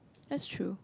that's true